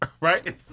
right